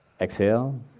Exhale